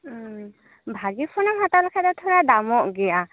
ᱵᱷᱟᱜᱮ ᱯᱷᱚᱱᱮᱢ ᱦᱟᱛᱟᱣ ᱞᱮᱠᱷᱟᱡ ᱫᱚ ᱛᱷᱚᱲᱟ ᱫᱟᱢᱚᱜ ᱜᱮᱭᱟ